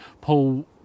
Paul